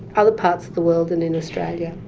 other parts of the world and in australia,